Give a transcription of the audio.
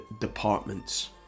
departments